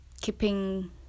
keeping